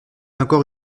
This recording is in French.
encore